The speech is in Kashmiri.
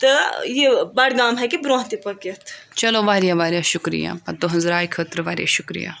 تہٕ یہِ بڈگام ہیٚکہِ برٛونہہ تہِ پٔکِتھ چلو واریاہ واریاہ شُکرِیہ اَتھ تُہٕنز راے خٲطرٕ واریاہ شُکرِیہ